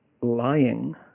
lying